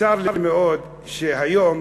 צר לי מאוד שהיום,